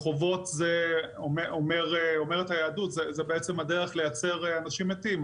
חובות, אומרת היהדות, זו הדרך לייצר אנשים מתים.